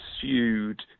pursued